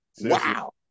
wow